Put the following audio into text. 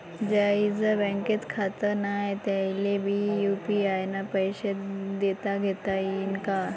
ज्याईचं बँकेत खातं नाय त्याईले बी यू.पी.आय न पैसे देताघेता येईन काय?